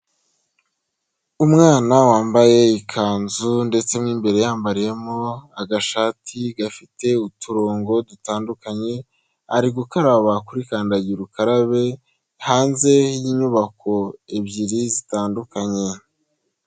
Umwana wambaye ikanzu ndetse nmo imbere yambariyemo agashati gafite uturongo dutandukanye, ari gukaraba kuri kandagira ukarabe, hanze y'inyubako ebyiri zitandukanye.